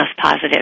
positive